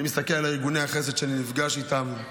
אני מסתכל על ארגוני החסד שאני נפגש איתם,